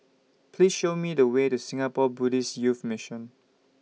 Please Show Me The Way to Singapore Buddhist Youth Mission